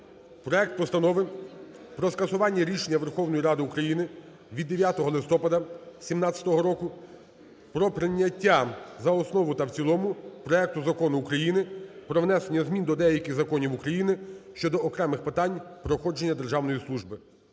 проект Постанови про скасування рішення Верховної Ради України від 2 листопада 17-го року про прийняття за основу та в цілому проекту Закону України "Про внесення змін до деяких законів України щодо окремих питань проходження державної служби"